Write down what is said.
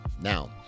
Now